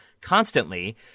constantly